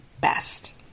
best